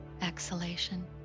exhalation